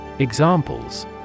Examples